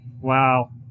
Wow